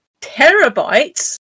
terabytes